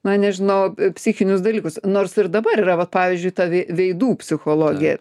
na nežinau psichinius dalykus nors ir dabar yra vat pavyzdžiui ta vei veidų psichologė